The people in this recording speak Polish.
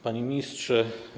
Panie Ministrze!